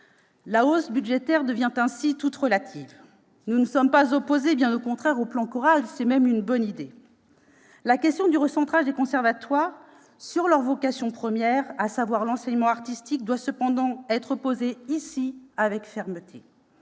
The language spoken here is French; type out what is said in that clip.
La hausse budgétaire devient ainsi toute relative. Nous ne sommes pas opposés, bien au contraire, au plan Chorales ; c'est même une bonne idée. Néanmoins, la question du recentrage des conservatoires sur leur vocation première, à savoir l'enseignement artistique, doit être posée ici avec fermeté.